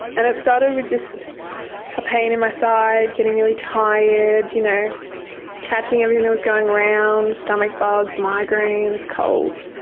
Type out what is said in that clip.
and it started with just a pain in my side, getting really tired, you know catching everything that was going around, stomach bugs, migraines, colds.